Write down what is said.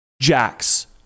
jacks